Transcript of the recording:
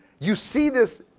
you see this,